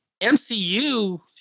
MCU